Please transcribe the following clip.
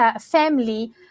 family